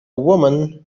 woman